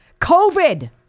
covid